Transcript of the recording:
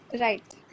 right